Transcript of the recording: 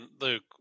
luke